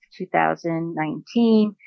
2019